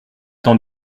temps